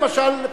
למשל,